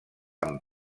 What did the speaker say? amb